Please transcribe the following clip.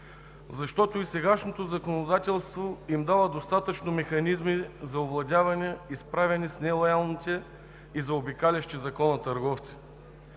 защото и сегашното законодателство им дава достатъчно механизми за овладяване и справяне с нелоялните и заобикалящи закона търговци.